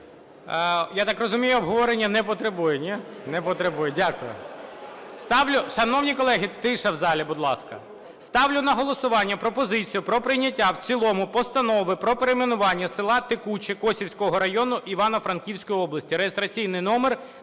Я так розумію, обговорення не потребує? Ні? Не потребує. Дякую. Ставлю... Шановні колеги, тиша в залі, будь ласка! Ставлю на голосування пропозицію про прийняття в цілому Постанову про перейменування села Текуче Косівського району Івано-Франківської області (реєстраційний номер